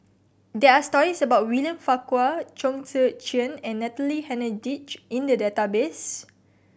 there are stories about William Farquhar Chong Tze Chien and Natalie Hennedige in the database